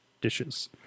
dishes